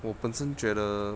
我本身觉得